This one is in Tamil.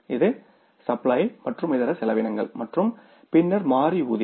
இது சப்ளை மற்றும் இதர செலவினங்கள் மற்றும் பின்னர் மாறி ஊதியம்